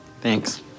Thanks